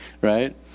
right